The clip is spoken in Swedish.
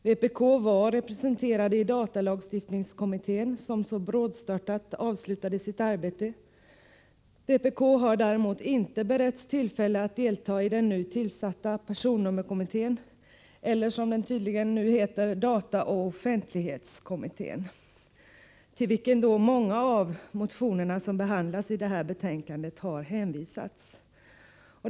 Vpk var representerat i datalagstiftningskommittén, som så brådstörtat avslutade sitt arbete. Vpk har däremot inte beretts tillfälle att delta i den nu tillsatta personnummerkommittén eller, som den tydligen heter, dataoch offentlighetskommittén, till vilken många av de motioner som behandlas i det här betänkandet har hänvisats.